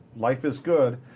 life is good.